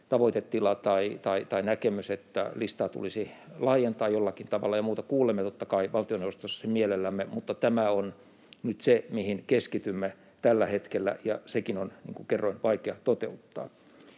tavoitetila tai näkemys, että listaa tulisi laajentaa jollakin tavalla, ja muuta, kuulemme totta kai valtioneuvostossa sen mielellämme. Mutta tämä on nyt se, mihin keskitymme tällä hetkellä, ja sekin on, niin kuin kerroin, vaikea toteuttaa.